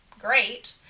Great